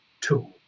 tool